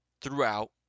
throughout